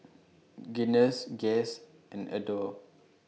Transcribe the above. Guinness Guess and Adore